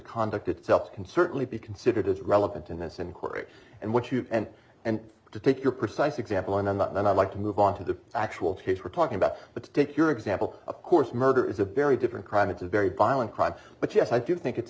conduct itself can certainly be considered as relevant in this inquiry and what you end and to take your precise example on that and i'd like to move on to the actual case we're talking about but to take your example of course murder is a very different crime it's a very violent crime but yes i do think it's